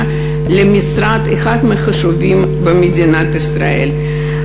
לאחד מהמשרדים החשובים במדינת ישראל.